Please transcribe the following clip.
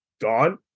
gone